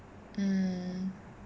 mm